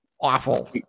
awful